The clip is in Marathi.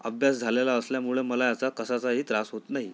अभ्यास झालेलं असल्यामुळं मला याचा कशाचाही त्रास होत नाही